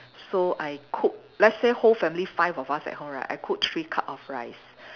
so I cook let's say whole family five of us at home right I cook three cup of rice